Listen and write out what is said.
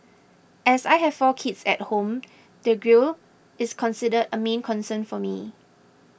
as I have four kids at home the grille is considered a main concern for me